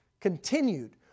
continued